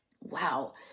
Wow